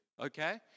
Okay